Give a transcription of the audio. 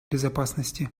безопасности